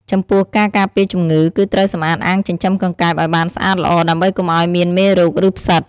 ចំពោះការការពារជំងឺ គឺត្រូវសម្អាតអាងចិញ្ចឹមកង្កែបឲ្យបានស្អាតល្អ ដើម្បីកុំឲ្យមានមេរោគ ឬផ្សិត។